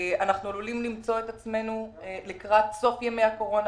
לא רק שיהיה להם קשה לחזור לעבודה לקראת סוף ימי הקורונה